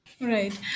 Right